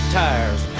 tires